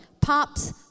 Pops